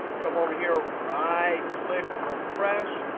come over here, right click, refresh.